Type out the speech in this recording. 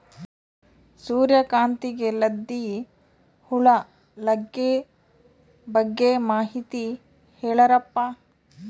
ಸೂರ್ಯಕಾಂತಿಗೆ ಲದ್ದಿ ಹುಳ ಲಗ್ಗೆ ಬಗ್ಗೆ ಮಾಹಿತಿ ಹೇಳರಪ್ಪ?